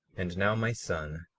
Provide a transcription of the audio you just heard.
and now, my son,